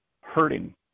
hurting